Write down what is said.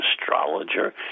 astrologer